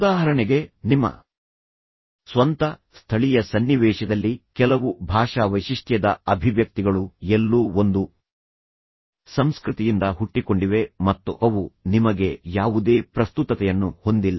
ಉದಾಹರಣೆಗೆ ನಿಮ್ಮ ಸ್ವಂತ ಸ್ಥಳೀಯ ಸನ್ನಿವೇಶದಲ್ಲಿ ಕೆಲವು ಭಾಷಾವೈಶಿಷ್ಟ್ಯದ ಅಭಿವ್ಯಕ್ತಿಗಳು ಎಲ್ಲೋ ಒಂದು ಸಂಸ್ಕೃತಿಯಿಂದ ಹುಟ್ಟಿಕೊಂಡಿವೆ ಮತ್ತುಅವು ನಿಮಗೆ ಯಾವುದೇ ಪ್ರಸ್ತುತತೆಯನ್ನು ಹೊಂದಿಲ್ಲ